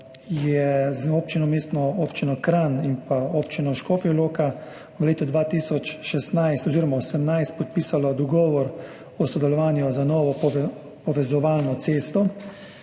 je z Mestno občino Kranj in Občino Škofja Loka v letu 2016 oziroma 2018 podpisalo dogovor o sodelovanju za novo povezovalno cesto,